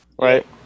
right